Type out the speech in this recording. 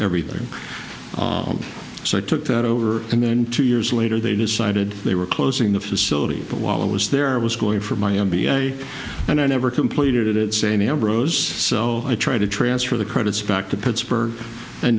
everything so i took that over and then two years later they decided they were closing the facility but while i was there i was going for my m b a and i never completed it same ambrose so i try to transfer the credits back to pittsburgh and